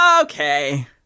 okay